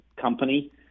company